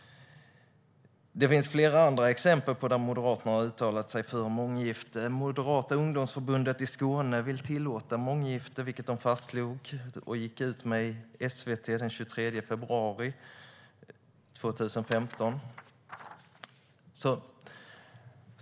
Det finns flera andra exempel där Moderaterna har uttalat sig för månggifte. Moderata Ungdomsförbundet i Skåne vill tillåta månggifte, vilket de fastslog och gick ut med i SVT den 23 februari 2015.